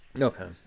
Okay